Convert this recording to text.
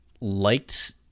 liked